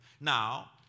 Now